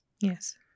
Yes